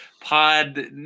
pod